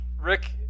Rick